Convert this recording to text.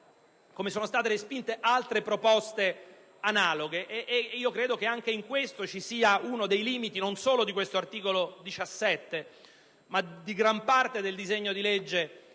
come sono state rigettate altre proposte analoghe. Credo che anche in questo risieda uno dei limiti, non solo dell'articolo 17, ma di gran parte del disegno di legge